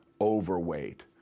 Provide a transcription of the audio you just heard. overweight